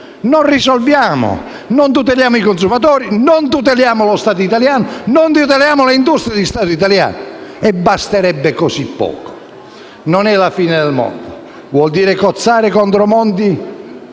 soluzioni. Non tuteliamo i consumatori, non tuteliamo lo Stato italiano, non tuteliamo le industrie di Stato italiane. E basterebbe così poco. Non è la fine del mondo. Vuol dire cozzare contro mondi